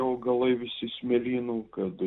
augalai visi smėlynų kad